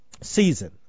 season